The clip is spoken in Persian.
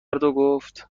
گفت